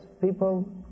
people